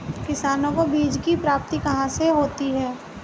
किसानों को बीज की प्राप्ति कहाँ से होती है?